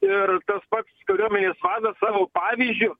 ir tas pats kariuomenės vadas savo pavyzdžiu